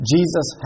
Jesus